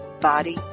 body